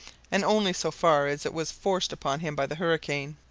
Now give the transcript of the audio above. and only so far as it was forced upon him by the hurricane.